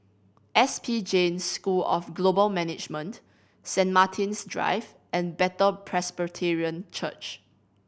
S P Jain School of Global Management Saint Martin's Drive and Bethel Presbyterian Church